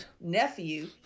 nephew